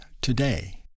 today